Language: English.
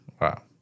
Wow